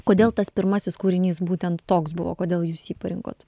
kodėl tas pirmasis kūrinys būtent toks buvo kodėl jūs jį parinkot